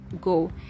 go